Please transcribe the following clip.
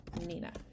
Nina